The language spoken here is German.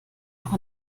auch